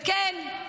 וכן,